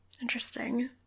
Interesting